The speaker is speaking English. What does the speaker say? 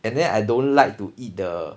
and then I don't like to eat the